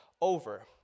over